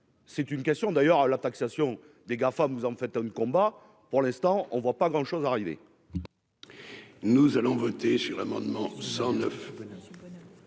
c'est une question d'ailleurs la taxation des GAFA nous en fait un combat pour l'instant on ne voit pas grand chose arriver. Nous allons voter sur l'amendement 109.